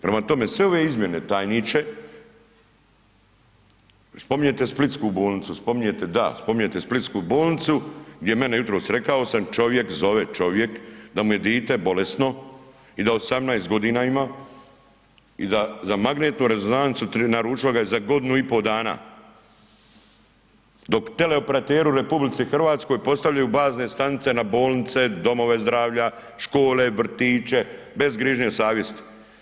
Prema tome, sve ove izmjene tajniče, spominjete splitsku bolnicu, spominjete, da spominjete splitsku bolnicu gdje mene jutros, rekao sam, čovjek zove, čovjek da mu je dite bolesno i da 18.g. ima i da za magnetnu rezonancu naručilo ga je za godinu i po dana, dok tele operateri u RH postavljaju bazne stanice na bolnice, domove zdravlja, škole, vrtiće, bez grižnje savjesti.